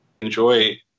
enjoy